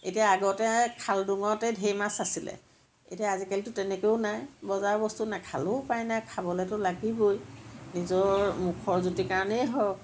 এতিয়া আগতে খাল ডোঙতে ঢেৰ মাছ আছিলে এতিয়া আজিকালিটো তেনেকৈয়ো নাই বজাৰৰ বস্তু নাখালেও উপায় নাই খাবলেটো লাগিবই নিজৰ মুখৰ জুতিৰ কাৰণেই হওক